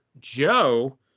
Joe